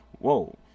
whoa